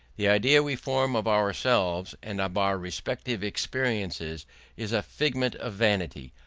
the idea we form of ourselves and of our respective experiences is a figment of vanity,